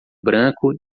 branco